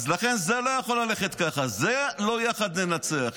לכן זה לא יכול ללכת ככה, זה לא "יחד ננצח".